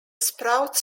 sprouts